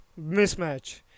mismatch